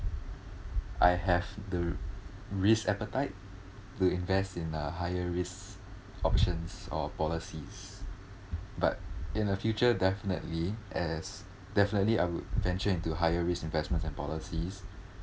I have the risk appetite to invest in a higher risk options or policies but in the future definitely as definitely I would venture into higher risk investments and policies